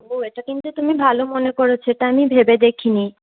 ও এটা কিন্তু তুমি ভালো মনে করেছো এটা আমি ভেবে দেখিনি